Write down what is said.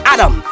Adam